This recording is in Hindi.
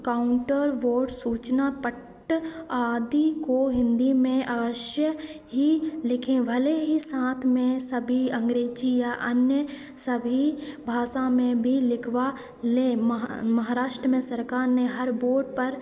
काउन्टर बोर्ड सूचना पट्ट आदि को हिन्दी में अवश्य ही लिखें भले ही साथ में सभी अँग्रेजी या अन्य सभी भाषा में भी लिखवा लें मह महाराष्ट्र में सरकार ने हर बोर्ड पर